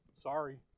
Sorry